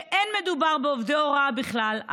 שלא מדובר בעובדי הוראה בכלל,